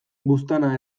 buztana